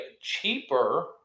cheaper